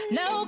no